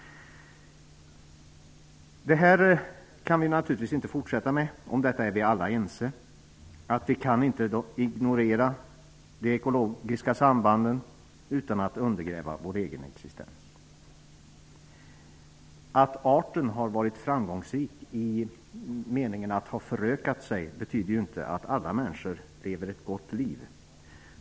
Det här kan vi naturligtvis inte fortsätta med. Vi är alla ense om att vi inte kan ignorera de ekologiska sambanden utan att undergräva vår egen existens. Att arten har varit framgångsrik i meningen att ha förökat sig betyder ju inte att alla människor lever ett gott liv.